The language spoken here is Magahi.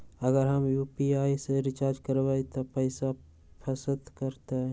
अगर हम यू.पी.आई से रिचार्ज करबै त पैसा फसबो करतई?